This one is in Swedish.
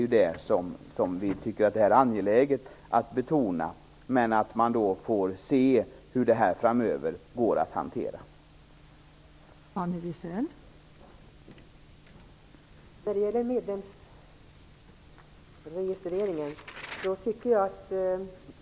Utskottet tycker att det är angeläget att betona. Vi får se hur detta går att hantera framöver.